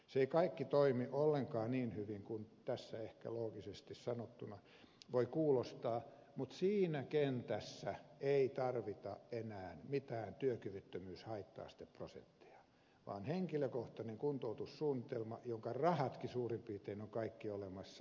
se ei kaikki toimi ollenkaan niin hyvin kuin tässä ehkä loogisesti sanottuna voi kuulostaa mutta siinä kentässä ei tarvita enää mitään työkyvyttömyyshaitta asteprosentteja vaan henkilökohtainen kuntoutussuunnitelma jonka rahatkin suurin piirtein ovat kaikki olemassa